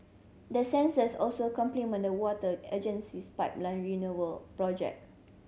the sensors also complement the water agency's pipeline renewal project